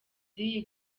z’iyi